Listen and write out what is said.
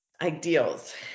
ideals